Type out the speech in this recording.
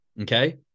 Okay